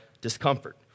discomfort